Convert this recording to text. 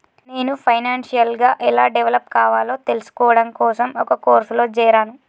నేను ఫైనాన్షియల్ గా ఎలా డెవలప్ కావాలో తెల్సుకోడం కోసం ఒక కోర్సులో జేరాను